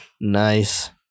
Nice